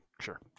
sure